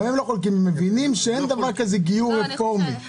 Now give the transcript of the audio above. הם מבינים שאין דבר כזה גיור רפורמי.